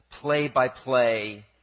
play-by-play